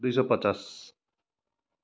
दुई सौ पचास